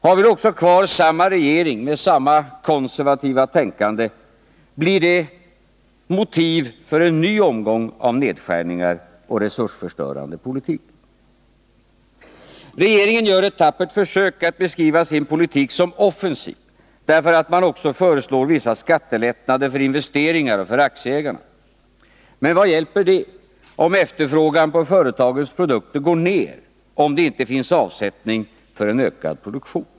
Har vi då också kvar samma regering med samma konservativa tänkande blir det motiv för en ny omgång av nedskärningar och resursförstörande politik. Regeringen gör ett tappert försök att beskriva sin politik som offensiv därför att man också föreslår vissa skattelättnader för investeringar och för aktieägarna. Men vad hjälper det om efterfrågan på företagens produkter går ner, ifall det inte finns avsättning för en ökad produktion?